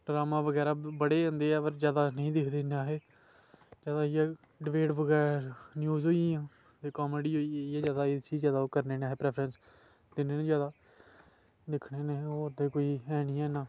drama बगैरा बड़े हुंदे ऐ पर नेईं दिक्खदे इन्ना अहें ज्यादा इयै डिबेट बगैरा न्यूज होई गेइयां कामेडी होई गेई इयै ज्यादा इसी ज्यादा ओह् करने हुन्ने आं प्रैफरेंस दिन्ने हुन्ने ज्यादा दिक्खने हुन्ने होर ते ऐ नी इन्ना